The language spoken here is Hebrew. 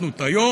חתכנו את היום,